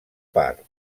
part